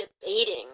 debating